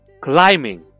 Climbing